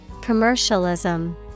Commercialism